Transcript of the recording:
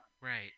Right